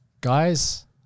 Guys